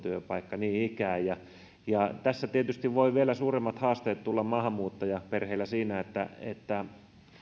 työpaikka niin ikään ja ja tässä tietysti voi vielä suuremmat haasteet tulla maahanmuuttajaperheille että